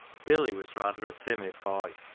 billy was rather a timid boy,